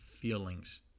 feelings